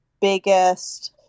biggest